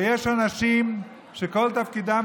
ויש אנשים שכל תפקידם,